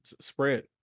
spread